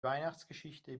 weihnachtsgeschichte